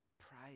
Pray